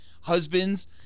husbands